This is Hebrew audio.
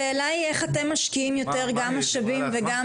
השאלה היא איך אתם משקיעים יותר גם משאבים וגם